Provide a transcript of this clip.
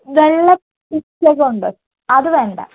വെള്ള പിച്ചകം ഉണ്ട് അത് വേണ്ട